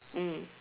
mm